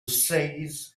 says